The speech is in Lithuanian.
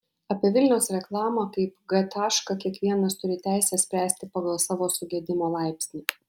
apie vilniaus reklamą kaip g tašką kiekvienas turi teisę spręsti pagal savo sugedimo laipsnį